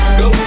go